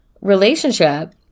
relationship